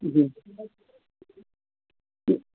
जी जी